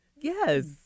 Yes